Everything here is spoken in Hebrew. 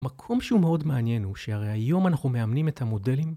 מקום שהוא מאוד מעניין הוא שהרי היום אנחנו מאמנים את המודלים.